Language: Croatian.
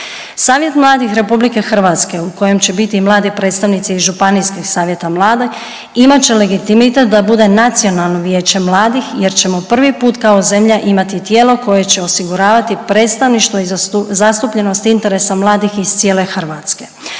Savjet mladih Republike Hrvatske u kojem će biti i mladi predstavnici i Županijskih savjeta mladih imat će legitimitet da bude Nacionalno vijeće mladih jer ćemo prvi put kao zemlja imati tijelo koje će osiguravati predstavništvo i zastupljenost interesa mladih iz cijele Hrvatske.